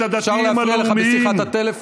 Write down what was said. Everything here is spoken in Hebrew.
חבר הכנסת מלכיאלי, אפשר להפריע לך בשיחת הטלפון?